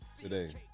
today